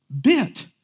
bit